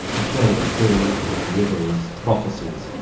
a play filled with riddles, prophesies,